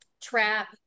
trap